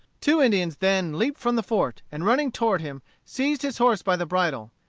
two indians then leaped from the fort, and running toward him, seized his horse by the bridle.